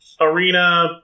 arena